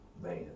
Man